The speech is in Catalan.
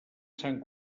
sant